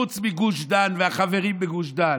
חוץ מגוש דן והחברים בגוש דן,